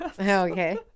Okay